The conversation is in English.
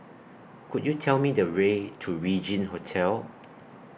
Could YOU Tell Me The Way to Regin Hotel